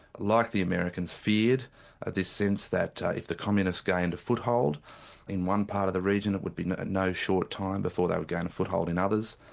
like the americans, feared this sense that if the communists gained a foothold in one part of the region, it would be no no short time before they would gain a foothold in others,